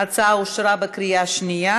ההצעה אושרה בקריאה שנייה.